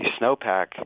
snowpack